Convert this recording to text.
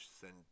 send